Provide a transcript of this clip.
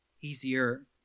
Easier